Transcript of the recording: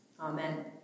Amen